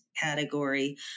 category